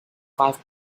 five